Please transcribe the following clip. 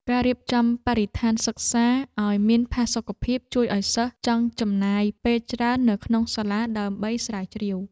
ការរៀបចំបរិស្ថានសិក្សាឱ្យមានផាសុកភាពជួយឱ្យសិស្សចង់ចំណាយពេលច្រើននៅក្នុងសាលាដើម្បីស្រាវជ្រាវ។